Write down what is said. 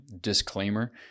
disclaimer